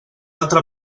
altra